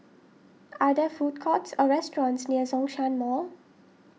are there food courts or restaurants near Zhongshan Mall